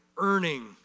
earning